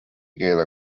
keele